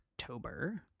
October